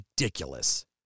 ridiculous